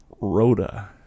Rhoda